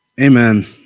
Amen